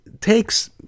takes